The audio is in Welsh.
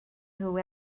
nhw